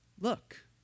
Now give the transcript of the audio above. Look